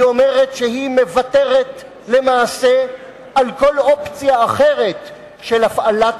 היא אומרת שהיא מוותרת למעשה על כל אופציה אחרת של הפעלת